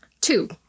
Two